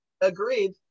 agreed